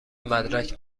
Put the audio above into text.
مدرک